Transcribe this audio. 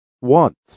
Want